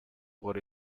por